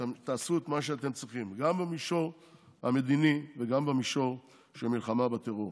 שתעשו את מה שאתם צריכים גם במישור המדיני וגם במישור של מלחמה בטרור.